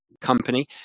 company